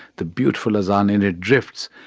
the beautiful azan. and it drifts.